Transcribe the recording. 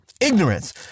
Ignorance